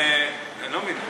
אני לא מבין,